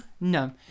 No